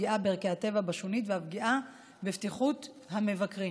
לפגיעה בערכי הטבע בשונית ואף לפגיעה בבטיחות המבקרים.